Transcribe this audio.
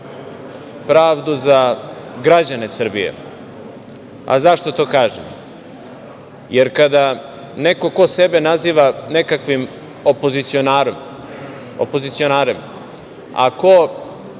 pravdu za građane Srbije. Zašto to kažem? Kada neko ko sebe naziva nekakvim opozicionarem, a ko